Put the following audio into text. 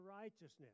righteousness